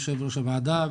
יושב-ראש הוועדה,